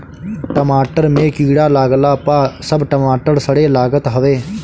टमाटर में कीड़ा लागला पअ सब टमाटर सड़े लागत हवे